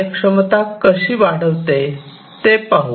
कार्यक्षमता कशी वाढविते ते पाहू